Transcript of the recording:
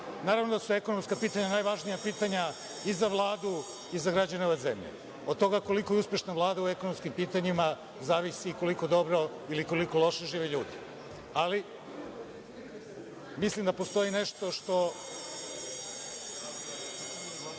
da su ekonomska pitanja najvažnija pitanja i za Vladu i za građane ove zemlje. Od toga koliko je uspešna Vlada u ekonomskim pitanjima, zavisi koliko dobro ili koliko loše žive ljudi, ali mislim da postoji nešto što